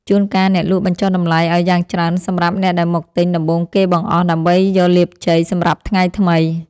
ជួនកាលអ្នកលក់បញ្ចុះតម្លៃឱ្យយ៉ាងច្រើនសម្រាប់អ្នកដែលមកទិញដំបូងគេបង្អស់ដើម្បីយកលាភជ័យសម្រាប់ថ្ងៃថ្មី។